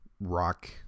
rock